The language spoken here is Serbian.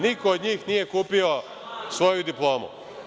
Niko od njih nije kupio svoju diplomu.